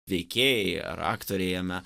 veikėjai ar aktoriai jame